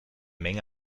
menge